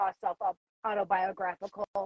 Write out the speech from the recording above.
self-autobiographical